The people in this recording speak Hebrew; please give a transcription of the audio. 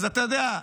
אז אתה יודע,